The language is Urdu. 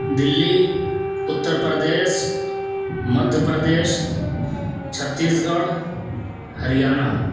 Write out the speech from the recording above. دلّی اتّر پردیش مدھیہ پردیش چھتیس گڑھ ہریانہ